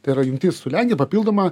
tai yra jungtis su lenkija papildoma